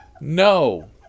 No